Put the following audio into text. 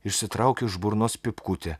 išsitraukė iš burnos pypkutę